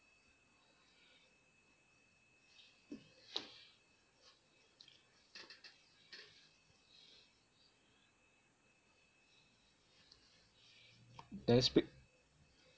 then speak